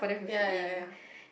ya ya ya